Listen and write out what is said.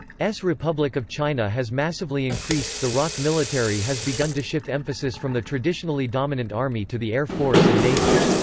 republic of china has massively increased, the roc military has begun to shift emphasis from the traditionally dominant army to the air force and navy.